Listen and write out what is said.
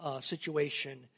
situation